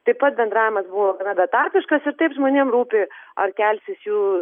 taip pat bendravimas buvo gana betarpiškas ir taip žmonėm rūpi ar kelsis jų